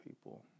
people